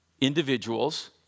individuals